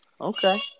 Okay